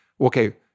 okay